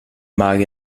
mag